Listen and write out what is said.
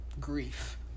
grief